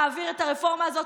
מעביר את הרפורמה הזאת.